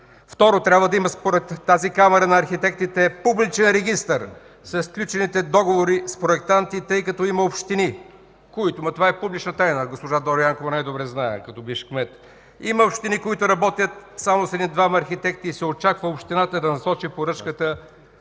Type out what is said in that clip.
Второ, трябва да има, според тази Камара на архитектите, публичен регистър за сключените договори с проектанти, тъй като има общини – това е публична тайна, госпожа Дора Янкова най-добре знае като бивш кмет, които работят само с един-двама архитекти и се очаква общината да насочи поръчката